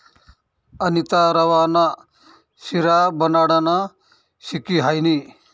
अनीता रवा ना शिरा बनाडानं शिकी हायनी